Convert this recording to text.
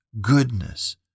Goodness